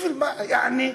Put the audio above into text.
בשביל מה, יעני,